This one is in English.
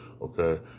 okay